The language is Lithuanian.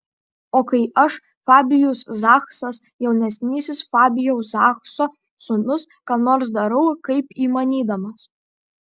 o kai aš fabijus zachsas jaunesnysis fabijaus zachso sūnus ką nors darau kaip įmanydamas